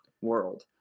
world